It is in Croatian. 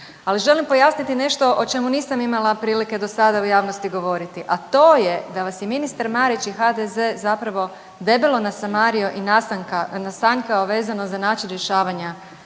ali želim pojasniti nešto o čemu nisam imala prilike do sada u javnosti govoriti, a to je da vas je ministar Marić i HDZ-e zapravo debelo nasamario i nasanjkao vezano za način rješavanja